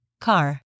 car